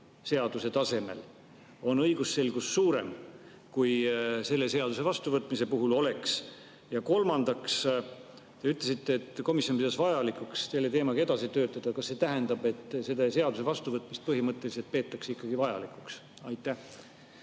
reguleerimata, on õigusselgus suurem, kui selle seaduse vastuvõtmise puhul oleks? Ja kolmandaks, te ütlesite, et komisjon pidas vajalikuks selle teemaga edasi töötada. Kas see tähendab, et selle seaduse vastuvõtmist põhimõtteliselt peetakse ikkagi vajalikuks? Aitäh!